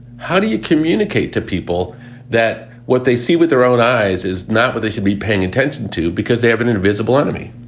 how do you communicate to people that what they see with their own eyes is not what they should be paying attention to because they have an invisible enemy?